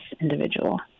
individual